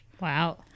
Wow